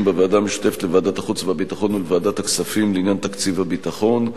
בוועדה המשותפת לוועדת החוץ והביטחון ולוועדת הכספים לעניין תקציב הביטחון.